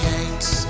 Yanks